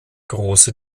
große